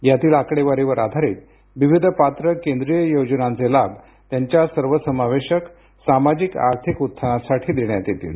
यातील आकडेवारीवर आधारित विविध पात्र केंद्रीय योजनांचे लाभ त्यांच्या सर्वसमावेशक सामाजिक आर्थिक उत्थानासाठी देण्यात येतील